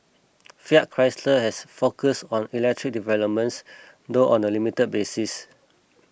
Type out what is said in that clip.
Fiat Chrysler has focused on electric developments though on a limited basis